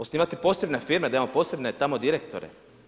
Osnivati posebne firme da imamo posebne tamo direktore?